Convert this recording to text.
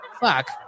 Fuck